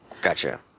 Gotcha